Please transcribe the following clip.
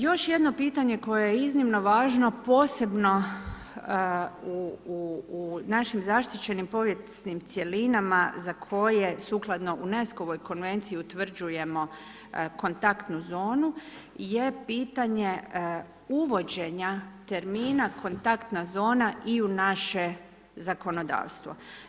Još jedno pitanje koje je iznimno važno, posebno u našim zaštićenim povijesnim cjelinama, za koje sukladno UNESCO-voj konvenciji utvrđujemo kontaktnu zonu je pitanje uvođenja termina kontaktna zona i u naše zakonodavstvo.